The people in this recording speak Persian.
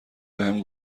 بهم